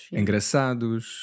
engraçados